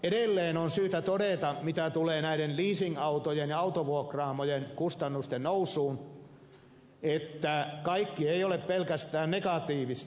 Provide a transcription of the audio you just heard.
edelleen on syytä todeta mitä tulee näiden leasingautojen ja autovuokraamojen kustannusten nousuun että kaikki ei ole pelkästään negatiivista